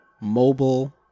mobile